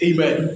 Amen